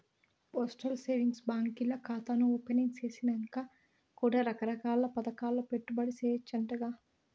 postal savings బాంకీల్ల కాతాను opening సేసినంక కూడా రకరకాల్ల పదకాల్ల పెట్టుబడి సేయచ్చంటగా